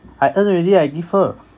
I earn already I give her